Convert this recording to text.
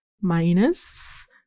minus